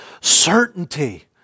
certainty